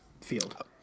field